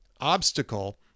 obstacle